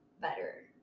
better